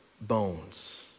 Bones